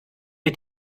wir